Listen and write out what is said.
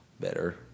better